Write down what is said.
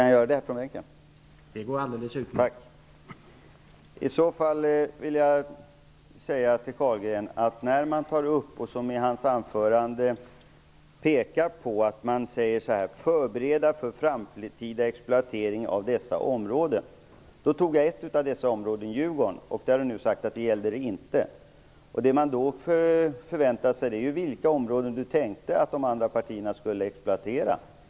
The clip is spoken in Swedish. Herr talman! Andreas Carlgren talade i sitt anförande om att det är fråga om en "förberedelse för framtida exploatering" av dessa områden. Jag tog då upp ett av dessa områden, Djurgården, men Carlgren har nu sagt att det inte gällde Djurgården. Frågan är då vilka områden han tänkte att de andra partierna skulle exploatera.